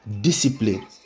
discipline